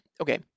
Okay